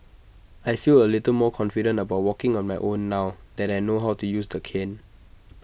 I feel A little more confident about walking on my own now that I know how to use the cane